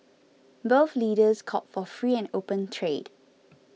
both leaders called for free and open trade